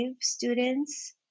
students